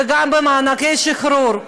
וגם במענקי שחרור.